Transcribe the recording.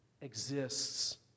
exists